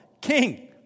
king